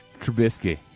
Trubisky